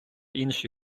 інші